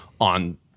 on